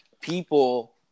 people